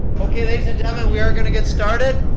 okay ladies and gentlemen, we are going to get started.